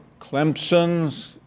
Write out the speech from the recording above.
Clemson's